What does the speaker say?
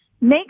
Make